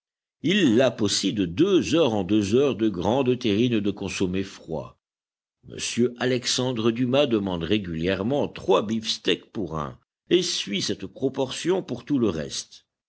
il lape aussi de deux heures en deux heures de grandes terrines de consommé froid m alexandre dumas demande régulièrement trois beefsteaks pour un et suit cette proportion pour tout le reste